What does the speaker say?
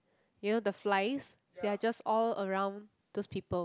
you know the flies they are just all around this people